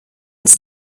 was